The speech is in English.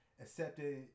accepted